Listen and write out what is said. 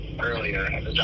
earlier